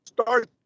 start